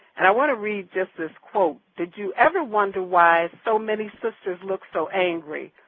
and i want to read just this quote did you ever wonder why so many sisters look so angry,